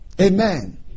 Amen